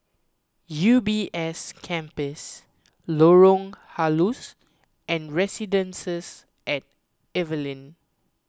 U B S Campus Lorong Halus and Residences at Evelyn